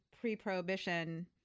pre-prohibition